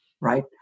right